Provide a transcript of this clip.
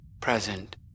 present